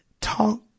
talk